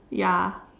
ya